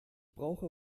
brauche